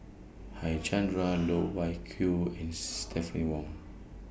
Harichandra Loh Wai Kiew and Stephanie Wong